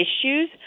issues